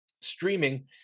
streaming